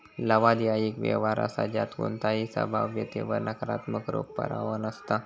लवाद ह्या एक व्यवहार असा ज्यात कोणताही संभाव्यतेवर नकारात्मक रोख प्रवाह नसता